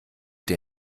der